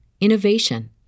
innovation